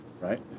right